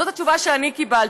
זאת התשובה שאני קיבלתי.